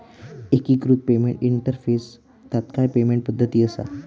एकिकृत payment interface तात्काळ payment पद्धती असा